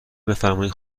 بفرمایین